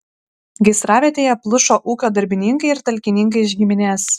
gaisravietėje plušo ūkio darbininkai ir talkininkai iš giminės